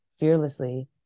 Fearlessly